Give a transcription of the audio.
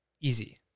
easy